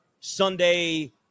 Sunday